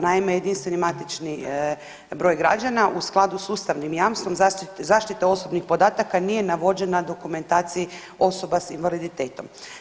Naime, jedinstveni matični broj građana u skladu s ustavnim jamstvom zaštite osobnih podataka nije navođen na dokumentaciji osoba s invaliditetom.